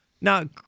Now